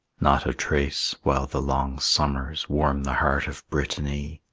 not a trace, while the long summers warm the heart of brittany,